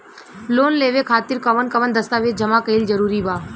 Loan लेवे खातिर कवन कवन दस्तावेज जमा कइल जरूरी बा?